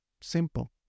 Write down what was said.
Simple